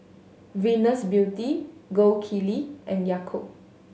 Venus Beauty Gold Kili and Yakult